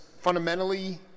fundamentally